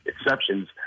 exceptions